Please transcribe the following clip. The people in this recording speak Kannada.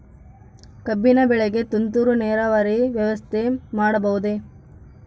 ಕಬ್ಬಿನ ಬೆಳೆಗೆ ತುಂತುರು ನೇರಾವರಿ ವ್ಯವಸ್ಥೆ ಮಾಡಬಹುದೇ?